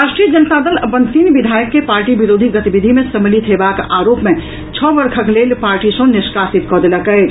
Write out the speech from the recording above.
राष्ट्रीय जनता दल अपन तीन विधायक के पार्टी विरोधी गतिविधि मे सम्मिलित हेबाक आरोप मे छओ वर्षक लेल पार्टी सँ निष्कासित कऽ देलक अछि